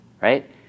Right